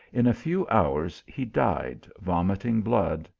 in a few hours he died vomiting blood,